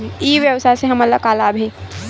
ई व्यवसाय से हमन ला का लाभ हे?